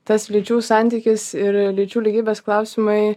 tas lyčių santykis ir lyčių lygybės klausimai